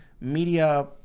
media